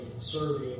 serving